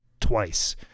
twice